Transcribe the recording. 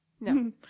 No